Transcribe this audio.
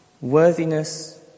worthiness